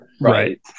Right